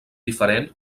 diferent